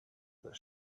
that